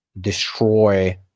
destroy